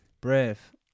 Brave